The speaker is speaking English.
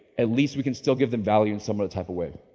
at least we can still give them value in some other type of way.